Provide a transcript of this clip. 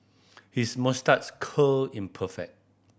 his moustache curl is perfect